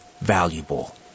valuable